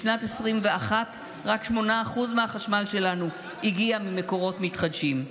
בשנת 2021 רק 8% מהחשמל שלנו הגיע ממקורות מתחדשים.